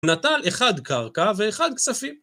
נטל אחד קרקע ואחד כספים